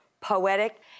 poetic